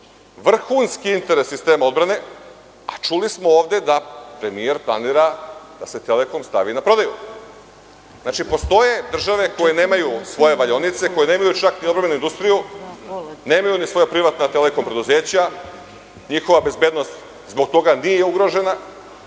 vrhunski interes sistema odbrane, a čuli smo ovde da premijer planira da se „Telekom“ stavi na prodaju. Postoje države koje nemaju svoje valjaonice, koje nemaju čak ni ogromnu industriju, ni svoja privatna telekom preduzeća. Njihova bezbednost zbog toga nije ugrožena.